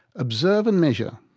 observe and measure